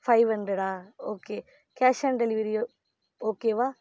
five ஹண்ட்ரடா okay cash on delivery ஓகேவா